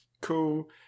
cool